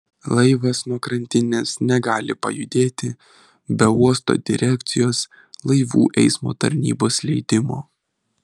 laivas nuo krantinės negali pajudėti be uosto direkcijos laivų eismo tarnybos leidimo